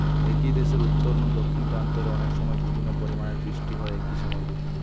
একই দেশের উত্তর নু দক্ষিণ প্রান্ত রে অনেকসময় বিভিন্ন পরিমাণের বৃষ্টি হয় একই সময় রে